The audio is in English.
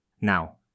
Now